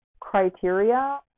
criteria